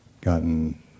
gotten